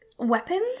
weapons